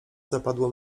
zapadło